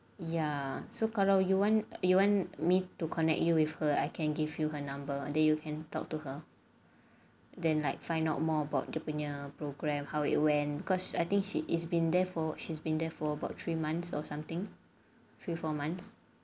ya so kalau you want you want me to connect you with her I can give you her number that you can talk to her then like find out more about dia punya program how it when cause I think she's been there for she's been there for about three months or something few four months